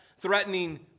threatening